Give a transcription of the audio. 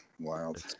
wild